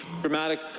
dramatic